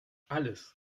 alles